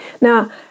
Now